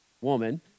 woman